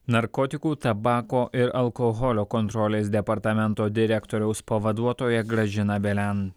narkotikų tabako ir alkoholio kontrolės departamento direktoriaus pavaduotoja gražina velen